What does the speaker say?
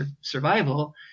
survival